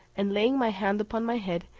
and laying my hand upon my head,